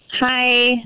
Hi